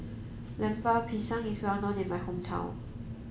Lemper Pisang is well known in my hometown